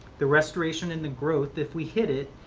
the restoration and the growth, if we hit it,